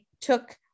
took